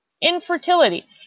Infertility